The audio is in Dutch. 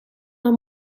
haar